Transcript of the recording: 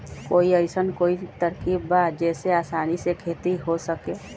कोई अइसन कोई तरकीब बा जेसे आसानी से खेती हो सके?